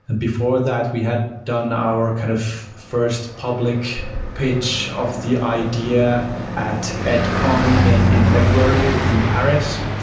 and before that, we had done our kind of first public pitch of the idea at adcon in in february in paris,